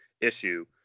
issue